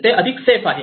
ते अधिक सेफ आहे